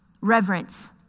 Reverence